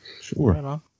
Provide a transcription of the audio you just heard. Sure